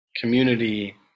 community